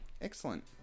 Excellent